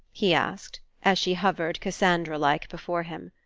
he asked, as she hovered cassandra-like before him.